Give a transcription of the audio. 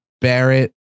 Barrett